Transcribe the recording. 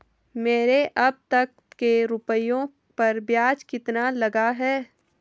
मेरे अब तक के रुपयों पर ब्याज कितना लगा है?